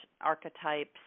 archetypes